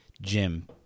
Jim